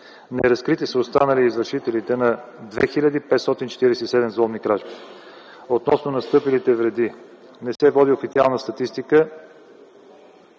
Неразкрити са останали извършителите на 2547 взломни кражби. Относно настъпилите вреди не се води официална статистика.